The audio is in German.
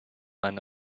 eine